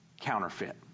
counterfeit